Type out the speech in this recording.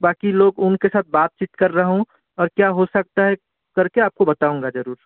बाकि लोग उनके साथ बातचीत कर रहा हूँ और क्या हो सकता है करके आपको बताऊँगा जरूर